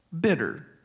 bitter